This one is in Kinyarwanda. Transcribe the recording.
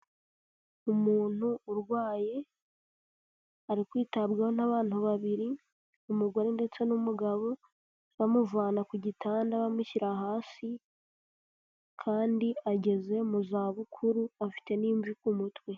Umuntu urwaye ari kwitabwaho n'abantu babiri umugore ndetse n'umugabo, bamuvana ku gitanda bamushyira hasi kandi ageze mu zabukuru afite n'imvi ku mutwe.